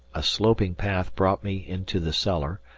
a sloping path brought me into the cellar,